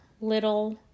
little